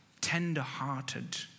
tender-hearted